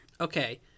okay